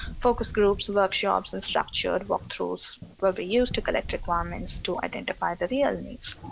focus groups workshops, and structured walkthroughs will be used to collect requirements to identify the real needs.